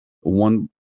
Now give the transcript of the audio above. one